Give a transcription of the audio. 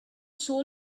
soul